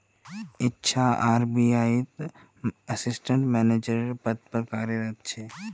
इच्छा आर.बी.आई त assistant manager रे पद तो कार्यरत छे